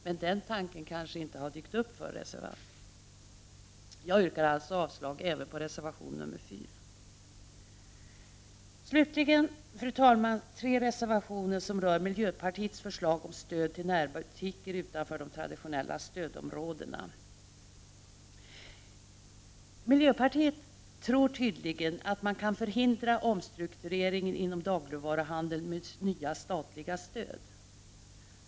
Men den tanken kanske inte har dykt upp för reservanterna. Jag yrkar alltså avslag även på reservation 4. Slutligen, fru talman, vill jag ta upp tre reservationer som rör miljöpartiets förslag om stöd till närbutiker utanför de traditionella stödområdena. Miljöpartiet tror tydligen att man kan förhindra omstruktureringen inom dagligvaruhandeln med nya statliga stöd.